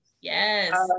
Yes